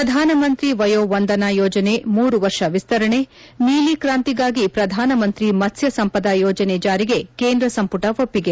ಪ್ರಧಾನಮಂತ್ರಿ ವಯೋ ವಂದನಾ ಯೋಜನೆ ಮೂರು ವರ್ಷ ವಿಸ್ತರಣೆ ನೀಲಿ ಕ್ರಾಂತಿಗಾಗಿ ಪ್ರಧಾನಮಂತ್ರಿ ಮತ್ತ್ವಸಂಪದ ಯೋಜನೆ ಜಾರಿಗೆ ಕೇಂದ್ರ ಸಂಪುಟ ಒಪ್ಪಿಗೆ